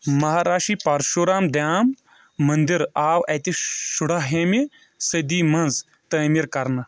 مہاراشی پرشوٗرام دھام منٛدر آو اتہِ شُرا ہِمہِ صٔدی منٛز تعمیٖر کرنہٕ